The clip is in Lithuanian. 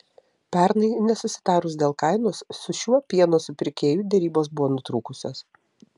pernai nesusitarus dėl kainos su šiuo pieno supirkėju derybos buvo nutrūkusios